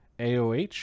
AOH